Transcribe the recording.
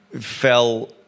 fell